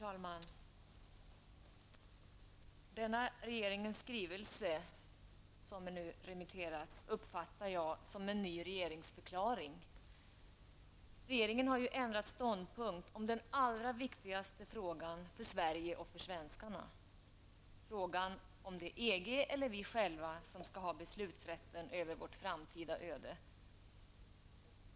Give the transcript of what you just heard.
Herr talman! Regeringens skrivelse som nu remitteras uppfattar jag som en ny regeringsförklaring. Regeringen har ju ändrat ståndpunkt om den allra viktigaste frågan för Sverige och svenskarna, frågan om huruvida det är EG eller vi själva som skall ha beslutsrätten över vårt framtida öde.